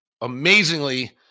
amazingly